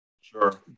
Sure